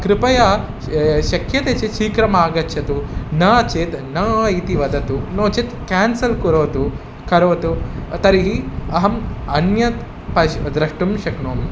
कृपया शक्यते चेत् शीघ्रम् आगच्छतु न चेत् न इति वदतु नो चेत् क्यान्सल् कुरोतु करोतु तर्हि अहम् अन्यत् पश् द्रष्टुं शक्नोमि